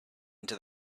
into